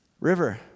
river